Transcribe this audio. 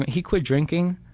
he quit drinking,